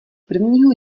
prvního